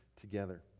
together